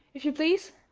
if you please.